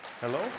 Hello